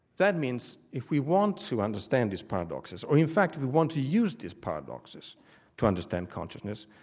that means, if we want to understand these paradoxes or in fact if we want to use these paradoxes to understand consciousness,